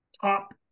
top